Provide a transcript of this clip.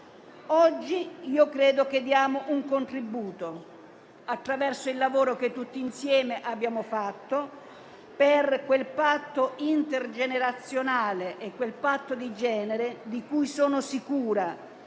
Oggi diamo un contributo, attraverso il lavoro che tutti insieme abbiamo fatto, per quel patto intergenerazionale e di genere di cui sono sicura